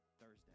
Thursday